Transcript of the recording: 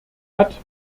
hat